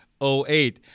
08